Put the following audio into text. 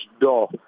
door